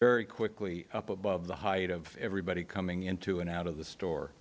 very quickly up above the height of everybody coming into and out of the store